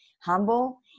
Humble